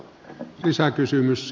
herra puhemies